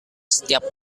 setiap